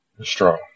strong